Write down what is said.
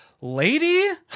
lady